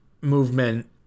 movement